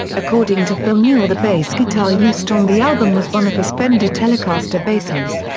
according to phil newell the bass guitar used on the album was one of his fender telecaster basses.